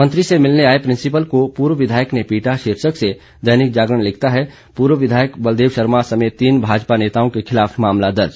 मंत्री से मिलने आए प्रिंसिपल को पूर्व विधायक ने पीटा शीर्षक से दैनिक जागरण लिखता है पूर्व विधायक बलदेव शर्मा समेत तीन भाजपा नेताओं के खिलाफ मामला दर्ज